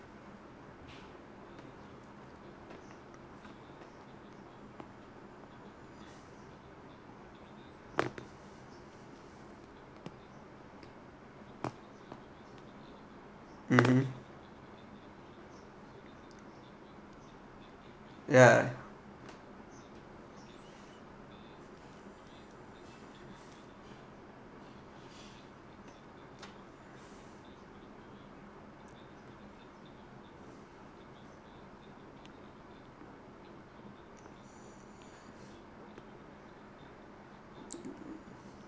(uh huh) yeah